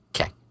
Okay